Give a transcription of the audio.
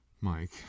Mike